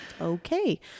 okay